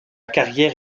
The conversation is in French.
carrière